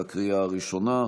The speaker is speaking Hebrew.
לקריאה הראשונה.